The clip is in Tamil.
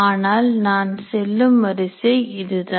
ஆனால் நான் செல்லும் வரிசை இதுதான்